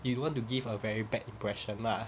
you don't want to give a very bad impression lah